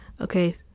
okay